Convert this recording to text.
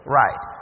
right